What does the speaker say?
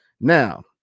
Now